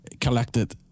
collected